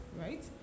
right